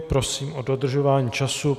Prosím o dodržování času.